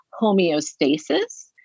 homeostasis